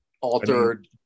altered